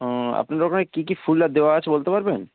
ও আপনাদের ওখানে কী কী ফুল আর দেওয়া আছে বলতে পারবেন